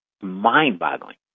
mind-boggling